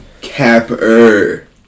capper